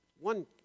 one